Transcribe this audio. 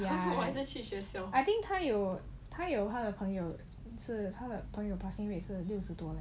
ya I think 他有他有他的朋友是他的朋友 passing rate 是六十多